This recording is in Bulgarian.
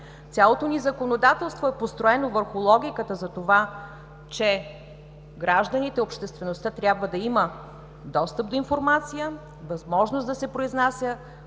Цялото ни законодателство е построено върху логиката за това, че гражданите, обществеността трябва да има достъп до информация, възможност да се произнася